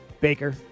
Baker